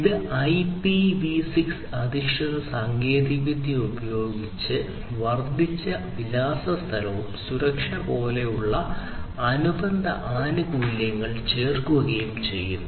ഇത് IPv6 അധിഷ്ഠിത സാങ്കേതികവിദ്യ ഉപയോഗിക്കുകയും വർദ്ധിച്ച വിലാസ സ്ഥലവും സുരക്ഷയും പോലുള്ള അനുബന്ധ ആനുകൂല്യങ്ങൾ ചേർക്കുകയും ചെയ്യുന്നു